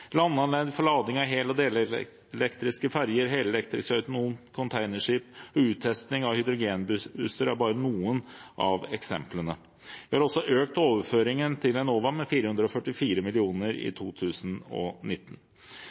Landanlegg for lading av hel- og delelektriske ferjer, helelektriske autonome containerskip og uttesting av hydrogenbusser er bare noen av eksemplene. Vi har også økt overføringen til Enova med 444 mill. kr i